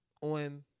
on